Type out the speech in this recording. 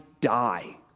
die